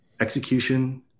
Execution